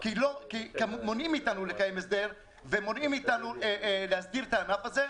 כי מונעים מאתנו לקיים הסדר ומונעים מאתנו להגדיל את הענף הזה,